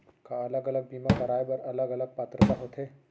का अलग अलग बीमा कराय बर अलग अलग पात्रता होथे?